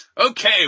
Okay